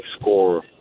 score